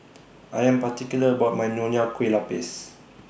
I Am particular about My Nonya Kueh Lapis